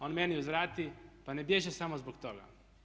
On meni uzvrati pa ne bježe samo zbog toga.